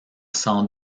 sans